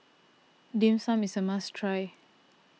Dim Sum is a must try